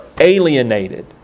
alienated